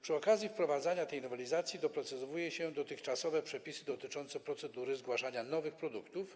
Przy okazji wprowadzania tej nowelizacji doprecyzowuje się dotychczasowe przepisy dotyczące procedury zgłaszania nowych produktów.